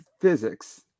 physics